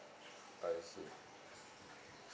I see